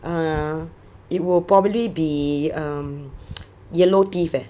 err it will probably be um yellow teeth eh